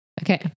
Okay